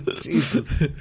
Jesus